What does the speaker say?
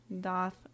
doth